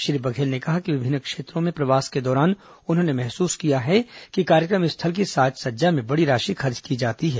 श्री बघेल ने कहा कि विभिन्न क्षेत्रों में प्रवास के दौरान उन्होंने महसूस किया है कि कार्यक्रम स्थल की साज सज्जा में बड़ी राशि खर्च की जाती है